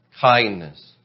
kindness